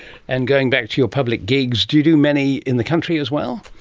and going back to your public gigs, do you do many in the country as well?